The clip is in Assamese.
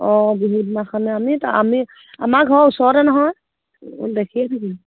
অঁ বিহুদিনাখনে আমি তাত আমি আমাৰ ঘৰৰ ওচৰতে নহয় দেখিয়েই থাকি